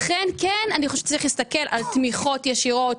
לכן אני כן חושבת שצריך להסתכל על תמיכות ישירות,